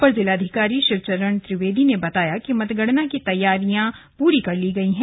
अपर जिलाधिकारी शिवचरण त्रिवेदी ने बताया कि मतगणना की तैयारियां पूरी कर ली गई है